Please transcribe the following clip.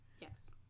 Yes